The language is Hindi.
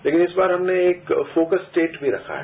लेकिन इस बार हमने एक फोकस स्टेट भी रखा है